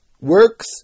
works